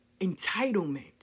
entitlement